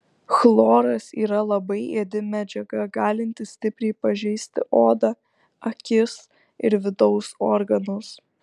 chloras yra labai ėdi medžiaga galinti stipriai pažeisti odą akis ir vidaus organus